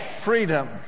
freedom